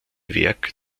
werk